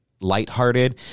lighthearted